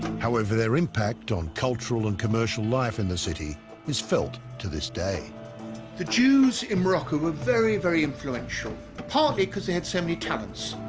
however their impact on cultural and commercial life in the city is felt to this day the jews in morocco were very very influential partly because they had so many talents